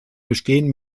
bestehen